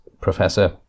professor